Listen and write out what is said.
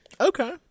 Okay